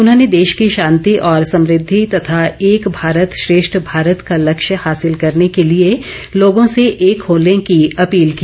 उन्होंने देश की शांति और समृद्धि तथा एक भारत श्रेष्ठ भारत का लक्ष्य हासिल करने के लिए लोगों से एक होने की अपील की